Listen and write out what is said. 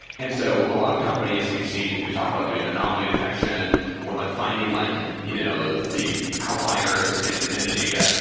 and so a lot of companies we've seen who talk about doing anomaly detection or like finding like you know the outliers and and the data,